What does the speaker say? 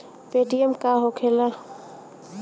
Paytm का होखेला?